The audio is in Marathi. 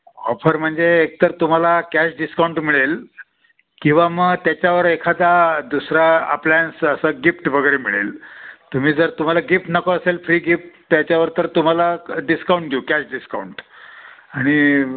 ऑफर म्हणजे एकतर तुम्हाला कॅश डिस्काउंट मिळेल किंवा मग त्याच्यावर एखादा दुसरा अप्लायन्स असं गिफ्ट वगैरे मिळेल तुम्ही जर तुम्हाला गिफ्ट नको असेल फ्री गिफ्ट त्याच्यावर तर तुम्हाला डिस्काउंट देऊ कॅश डिस्काउंट आणि